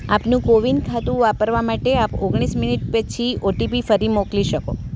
આપનું કોવિન ખાતું વાપરવા માટે આપ ઓગણીસ મિનિટ પછી ઓટીપી ફરી મોકલી શકો